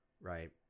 right